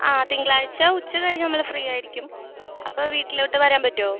ആ തിങ്കളാഴ്ച ഉച്ച കഴിഞ്ഞ് നമ്മൾ ഫ്രീ ആയിരിക്കും അപ്പോൾ വീട്ടിലോട്ട് വരാൻ പറ്റുമോ